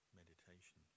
meditation